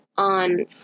on